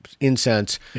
incense